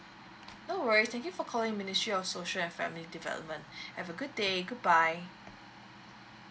no worries thank you for calling ministry of social and family development have a good day goodbye